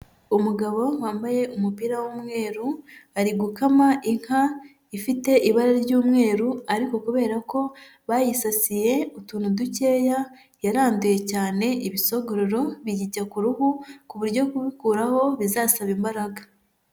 Umugabo wambaye umupira w'umweru, ari gukama inka ifite ibara ry'umweru, ariko kubera ko bayisasiye utuntu dukeya, yaranduye cyane ibisogororo biyijya ku ruhu, ku buryo kubikuraho bizasaba imbaraga.